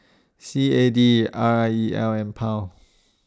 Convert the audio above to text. C A D R I E L and Pound